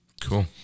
Cool